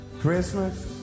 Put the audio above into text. Christmas